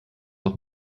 auch